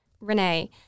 Renee